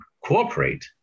cooperate